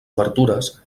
obertures